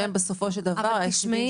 הם בסופו של דבר אולי יוכלו לעזור.